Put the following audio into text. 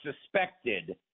suspected